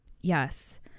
Yes